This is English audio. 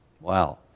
Wow